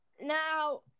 Now